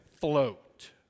float